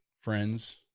friends